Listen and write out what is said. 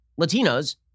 Latinos